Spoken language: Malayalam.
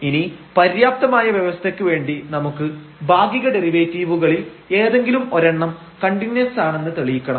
ഇനി പര്യാപ്തമായ വ്യവസ്ഥക്ക് വേണ്ടി നമുക്ക് ഭാഗിക ഡെറിവേറ്റീവുകളിൽ ഏതെങ്കിലും ഒരെണ്ണം കണ്ടിന്യൂസ് ആണെന്ന് തെളിയിക്കണം